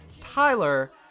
Tyler